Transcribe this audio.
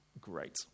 great